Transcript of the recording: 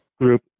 group